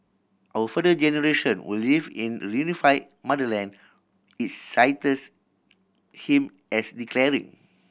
our further generation will live in reunify motherland it cites him as declaring